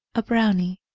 a brownie.